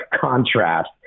contrast